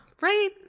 Right